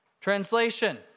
Translation